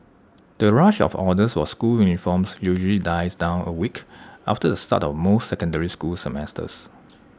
the rush of orders for school uniforms usually dies down A week after the start of most secondary school semesters